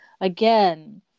Again